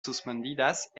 suspendidas